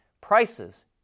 prices